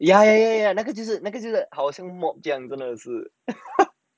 ya ya ya ya 那个就是那个就是好像 mop 这样真的是